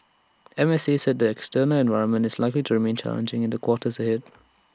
M S A said the external environment is likely to remain challenging in the quarters ahead